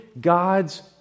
God's